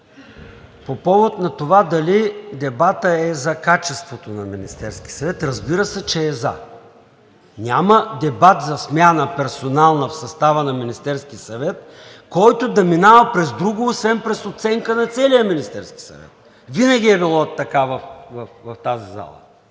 по повод на това дали дебатът е за качеството на Министерския съвет, разбира се, че е за. Няма дебат за персонална смяна в състава на Министерския съвет, който да минава през друго, освен през оценка на целия Министерски съвет, винаги е било така в тази зала,